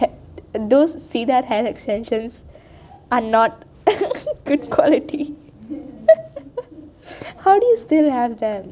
those faded hair extensions are not good quality how come you still have them